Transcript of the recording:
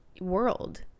world